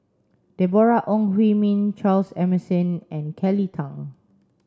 Deborah Ong Hui Min Charles Emmerson and Kelly Tang